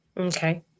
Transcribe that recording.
Okay